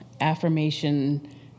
affirmation